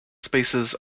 spaces